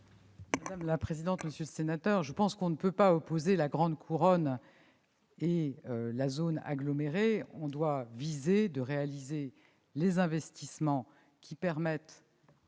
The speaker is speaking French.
Mme la ministre. Monsieur le sénateur, je pense que l'on ne peut pas opposer la grande couronne et la zone agglomérée ; on doit viser à réaliser les investissements qui permettront